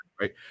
right